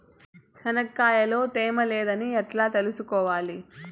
చెనక్కాయ లో తేమ లేదని ఎట్లా తెలుసుకోవాలి?